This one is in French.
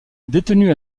détenu